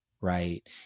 right